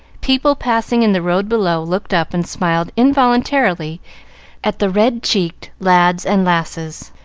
people passing in the road below looked up and smiled involuntarily at the red-cheeked lads and lasses,